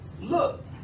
Look